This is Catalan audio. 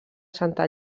santa